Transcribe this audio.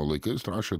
laikais rašė